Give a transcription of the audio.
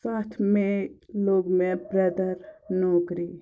ستھ مے لوٚگ مےٚ برٛدر نوکری